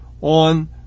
on